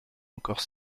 encore